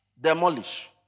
demolish